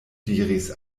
diris